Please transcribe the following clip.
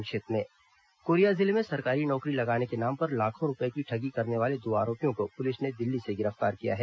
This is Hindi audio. संक्षिप्त समाचार कोरिया जिले में सरकारी नौकरी लगाने के नाम पर लाखों रूपए की ठगी करने वाले दो आरोपियों को पुलिस ने दिल्ली से गिरफ्तार किया है